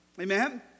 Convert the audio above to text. Amen